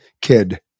kid